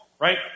right